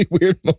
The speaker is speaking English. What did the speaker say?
weird